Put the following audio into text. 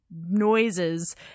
noises